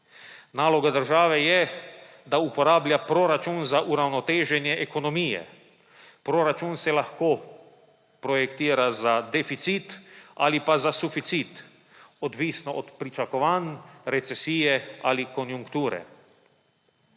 Naloga države je, da uporablja proračun za uravnoteženje ekonomije. Proračun se lahko projektira za deficit ali pa za suficit, odvisno od pričakovanj, recesije ali konjunkture.